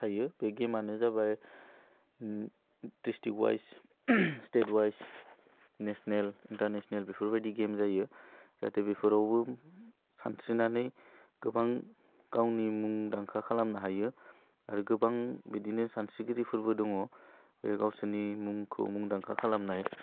थायो बे गेमानो जाबाय ओम ड्रिस्टिक अवाइस स्टेट अवाइस नेशनेल इन्टारनेशनेल बेफोरबायदि गेम जायो जाहाथे बेफोरावबो सानस्रिनानै गोबां गावनि मुंदांखा खालामनो हायो आरो गोबां बिदिनो सानस्रिगिरिफोरबो दङ बे गावसोरनि मुंखौ मुंदांखा खालामनाय